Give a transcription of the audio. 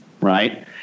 right